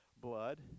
blood